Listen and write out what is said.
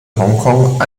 hongkong